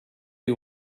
you